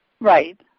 Right